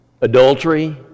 adultery